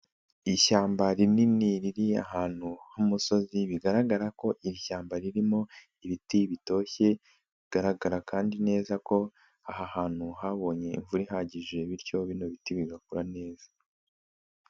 Ishyamba rinini riri ahantu h'umusozi bigaragara ko iri shyamba ririmo ibiti bitoshye, bigaragara kandi neza ko aha hantu habonye imvura ihagije bityo bino biti bigakura neza.